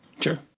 Sure